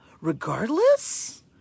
Regardless